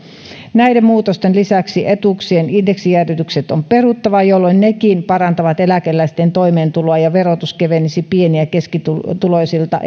näiden muutosten lisäksi etuuksien indeksijäädytykset on peruttava mikä sekin parantaa eläkeläisten toimeentuloa ja verotus kevenisi pieni ja keskituloisilta